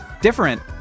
different